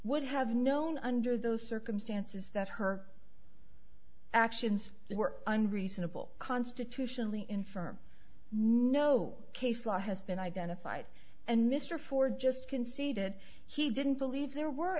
would have known under those circumstances that her actions were unreasonable constitutionally infirm no case law has been identified and mr ford just conceded he didn't believe there were